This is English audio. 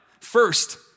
First